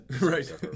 right